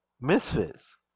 Misfits